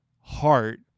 heart